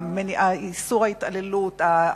איסור ההתעללות,